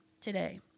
today